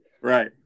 Right